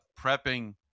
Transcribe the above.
prepping